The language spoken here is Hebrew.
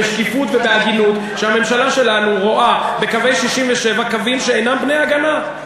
בשקיפות ובהגינות שהממשלה שלנו רואה בקווי 67' קווים שאינם בני-הגנה.